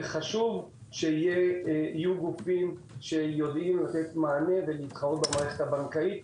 וחשוב שיהיו גופים שיודעים לתת מענה ולהתחרות במערכת הבנקאית.